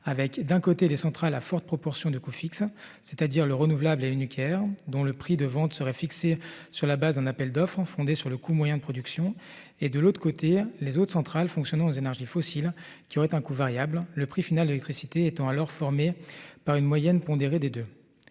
avec d'un côté les centrales à forte proportion de coûts fixes, c'est-à-dire le renouvelable et nucléaire dont le prix de vente serait fixé sur la base d'un appel d'offres en fondée sur le coût moyen de production et de l'autre côté les autres centrales fonctionnant aux énergies fossiles qui aurait un coût variable le prix final l'électricité étant alors formé par une moyenne pondérée des deux.